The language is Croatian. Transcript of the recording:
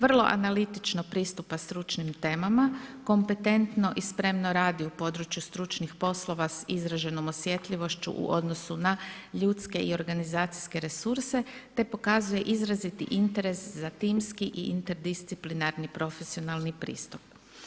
Vrlo analitično pristupa stručnim temama, kompetentno i spremno radi u području stručnih poslova s izraženom osjetljivošću u odnosu na ljudske i organizacijske resurse te pokazuje izraziti interes za timski i interdisciplinarni profesionalni pristup.